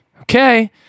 Okay